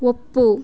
ಒಪ್ಪು